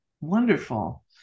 Wonderful